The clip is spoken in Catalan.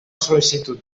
sol·licitud